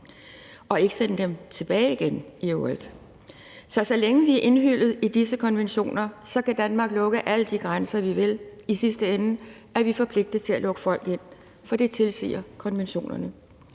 ikke sende dem tilbage igen. Så længe vi er indhyllet i disse konventioner, kan Danmark lukke alle de grænser, vi vil, i sidste ende er vi forpligtet til at lukke folk ind, for det tilsiger konventionerne.